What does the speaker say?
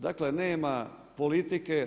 Dakle, nema politike.